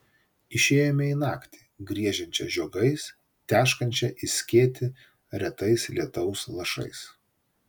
išėjome į naktį griežiančią žiogais teškančią į skėtį retais lietaus lašais